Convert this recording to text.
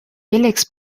felix